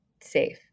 safe